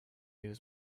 use